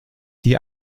die